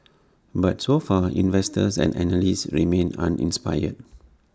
but so far investors and analysts remain uninspired